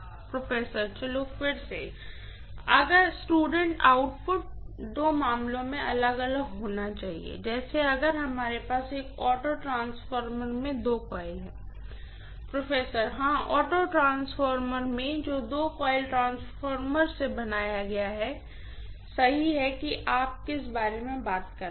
professor चलो फिर से अगर स्टूडेंट आउटपुट दो मामलों में अलग अलग होगा जैसे अगर हमारे पास एक ऑटो ट्रांसफार्मर में दो कॉइल हैं प्रोफेसर हाँ ऑटो ट्रांसफार्मर जो दो वाइंडिंग ट्रांसफार्मर से बनाया गया है सही है कि आप किस बारे में बात कर रहे हैं